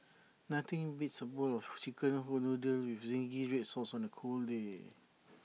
nothing beats A bowl of Chicken Noodles with Zingy Red Sauce on A cold day